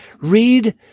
Read